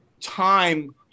time